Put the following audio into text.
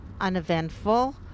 uneventful